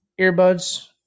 earbuds